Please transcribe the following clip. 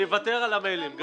אני אוותר על המיילים.